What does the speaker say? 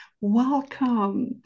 welcome